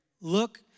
Look